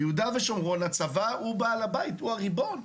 ביהודה ושומרון הצבא הוא בעל הבית, הוא הריבון.